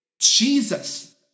Jesus